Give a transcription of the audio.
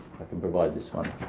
i can provide this one